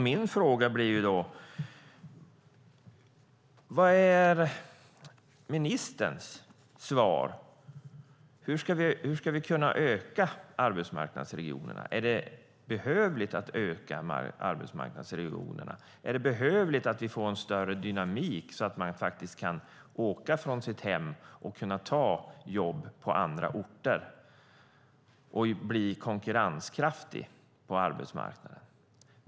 Min fråga blir: Vad är ministerns svar? Hur ska vi kunna öka arbetsmarknadsregionerna? Är det behövligt att öka arbetsmarknadsregionerna? Är det behövligt att vi får en större dynamik så att man kan åka från sitt hem, kunna ta jobb på andra orter och bli konkurrenskraftig på arbetsmarknaden?